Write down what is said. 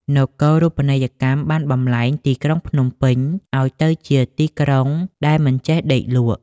នគរូបនីយកម្មបានបម្លែងទីក្រុងភ្នំពេញឱ្យទៅជាទីក្រុងដែល "មិនចេះដេកលក់"។